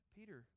Peter